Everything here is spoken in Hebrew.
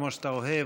כמו שאתה אוהב,